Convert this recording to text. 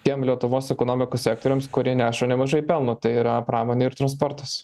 tiem lietuvos ekonomikos sektoriams kurie neša nemažai pelno tai yra pramonė ir transportas